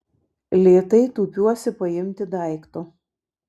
lėtai tūpiuosi paimti daikto